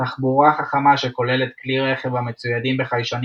תחבורה חכמה שכוללת כלי רכב המצוידים בחיישנים